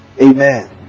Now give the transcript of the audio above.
Amen